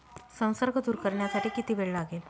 संसर्ग दूर करण्यासाठी किती वेळ लागेल?